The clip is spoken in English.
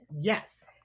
Yes